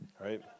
right